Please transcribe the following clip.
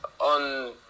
on